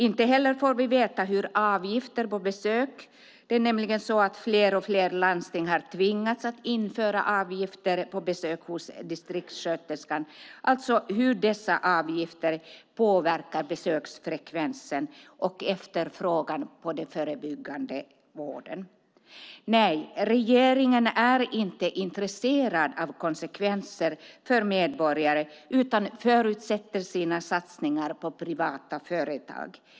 Inte heller får vi veta hur avgifter på besök - fler och fler landsting har nämligen tvingats att införa avgifter på besök hos distriktssköterskan - påverkar besöksfrekvensen och efterfrågan på den förebyggande vården. Nej, regeringen är inte intresserad av konsekvenser för medborgare utan fortsätter sina satsningar på privata vårdföretag.